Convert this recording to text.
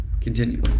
continue